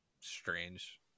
strange